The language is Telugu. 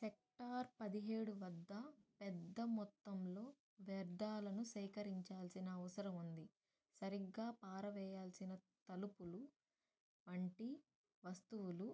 సెక్టార్ పదిహేడు వద్ద పెద్ద మొత్తంలో వ్యర్థాలను సేకరించాల్సిన అవసరం ఉంది సరిగ్గా పారవేయాల్సిన తలుపులు వంటి వస్తువులు